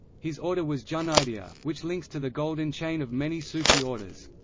his order was junaidia, which links to the golden chain of many sufi orders.